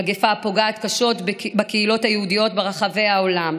מגפה הפוגעת קשות בקהילות היהודיות ברחבי העולם,